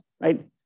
right